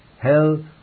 hell